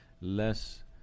less